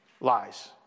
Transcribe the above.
Lies